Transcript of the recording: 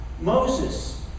Moses